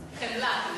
חמלה.